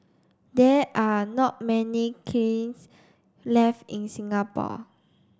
there are not many kilns left in Singapore